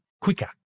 quicker